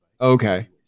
Okay